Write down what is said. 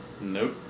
Nope